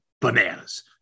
bananas